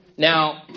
Now